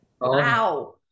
Wow